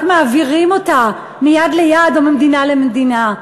מעבירים אותה מיד ליד או ממדינה למדינה.